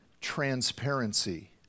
transparency